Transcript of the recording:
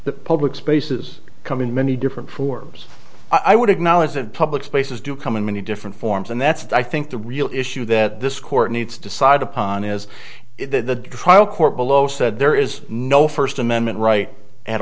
the public spaces come in many different forms i would acknowledge that public spaces do come in many different forms and that's i think the real issue that this court needs decide upon is if the trial court below said there is no first amendment right at